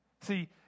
See